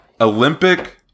Olympic